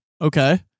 Okay